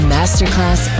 Masterclass